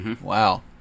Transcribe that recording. Wow